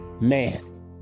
Man